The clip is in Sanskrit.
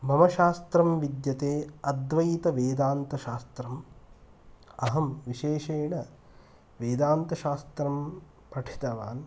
मम शास्त्रं विद्यते अद्वैतवेदान्तशास्त्रम् अहं विशेषेण वेदान्तशास्त्रं पठितवान्